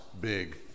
big